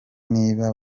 niba